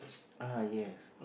ah yes